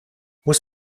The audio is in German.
muss